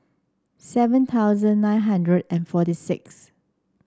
seven thousand nine hundred and forty six